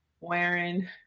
wearing